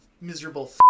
miserable